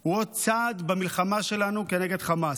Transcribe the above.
הוא עוד צעד במלחמה שלנו נגד חמאס.